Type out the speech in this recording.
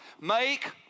Make